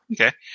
Okay